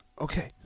Okay